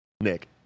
Nick